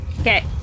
Okay